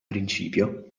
principio